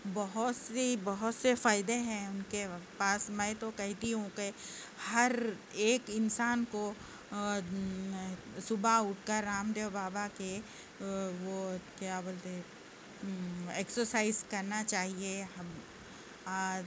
بہت سی بہت سے فائدے ہیں ان کے پاس میں تو کہتی ہوں کہ ہر ایک انسان کو صبح اٹھ کر رام دیو بابا کے وہ کیا بولتے ہیں ایکسرسائز کرنا چاہیے